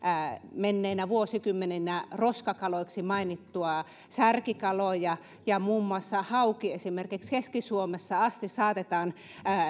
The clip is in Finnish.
menneinä vuosikymmeninä roskakaloiksi mainittuja särkikaloja ja muun muassa hauki esimerkiksi keski suomessa asti saatetaan